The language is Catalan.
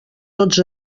tots